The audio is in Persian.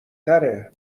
تره